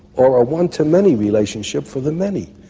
or a one-to-many relationship for the many.